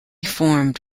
formed